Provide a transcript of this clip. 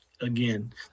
again